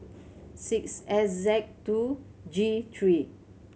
six S Z two G three